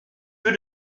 peu